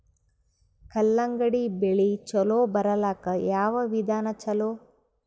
ಕಲ್ಲಂಗಡಿ ಬೆಳಿ ಚಲೋ ಬರಲಾಕ ಯಾವ ವಿಧಾನ ಚಲೋ?